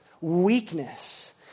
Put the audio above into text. weakness